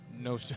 no